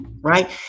right